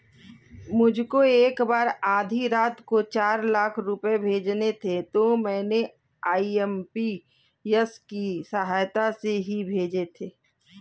मुझको एक बार आधी रात को चार लाख रुपए भेजने थे तो मैंने आई.एम.पी.एस की सहायता से ही भेजे थे